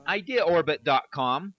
ideaorbit.com